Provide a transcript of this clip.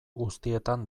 guztietan